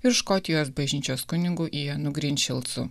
ir škotijos bažnyčios kunigu ianu grinčildsu